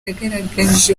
yagaragaje